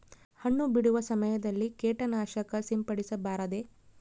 ಹಣ್ಣು ಬಿಡುವ ಸಮಯದಲ್ಲಿ ಕೇಟನಾಶಕ ಸಿಂಪಡಿಸಬಾರದೆ?